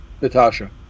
Natasha